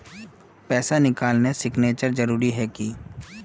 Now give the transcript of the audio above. पैसा निकालने सिग्नेचर जरुरी है की?